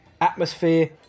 atmosphere